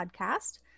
podcast